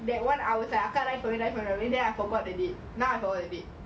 that one hour அக்கா:akka write for me write for me the next day I forgot already now I forgot already